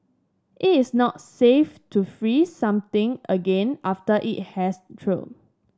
it is not safe to freeze something again after it has thawed